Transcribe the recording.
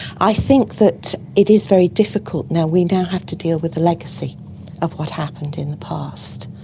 i think that it is very difficult now we now have to deal with the legacy of what happened in the past,